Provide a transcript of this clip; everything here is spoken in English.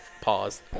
pause